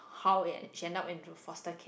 how it she ended up into foster